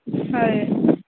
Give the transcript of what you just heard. ହଏ